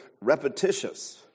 repetitious